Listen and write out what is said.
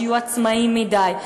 שיהיו עצמאיים מדי.